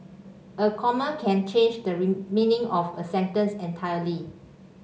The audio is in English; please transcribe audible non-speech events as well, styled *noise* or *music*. a comma can change the *unintelligible* meaning of a sentence entirely